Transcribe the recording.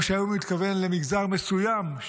או שהוא מתכוון למגזר מסוים,